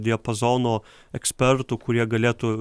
diapazono ekspertų kurie galėtų